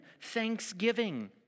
thanksgiving